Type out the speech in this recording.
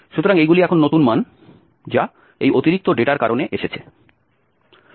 সুতরাং এইগুলি এখন নতুন মান যা এই অতিরিক্ত ডেটার কারণে এসেছে